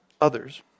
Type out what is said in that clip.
others